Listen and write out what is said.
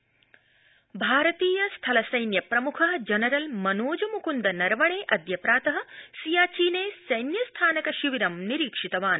सैन्यप्रम्ख भारतीय स्थल सैन्य प्रमुख जनरल मनोज मुकृन्द नरवणे अद्य प्रात सियाचीने सैन्यस्थानक शिविरं निरीक्षितवान्